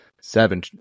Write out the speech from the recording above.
Seven